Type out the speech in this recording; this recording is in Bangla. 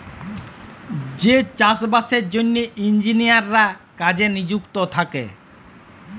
যে চাষ বাসের জ্যনহে ইলজিলিয়াররা কাজে লিযুক্ত থ্যাকে